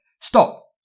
Stop